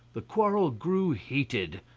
the quarrel grew heated.